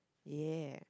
yeah